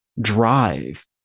drive